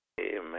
Amen